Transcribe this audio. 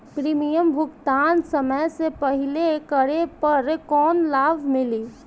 Premium भुगतान समय से पहिले करे पर कौनो लाभ मिली?